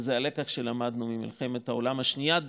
וזה הלקח שלמדנו ממלחמת העולם השנייה,